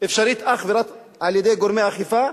אפשרית אך ורק על-ידי גורמי אכיפה,